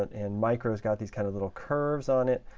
and micro has got these kind of little curves on it,